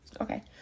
Okay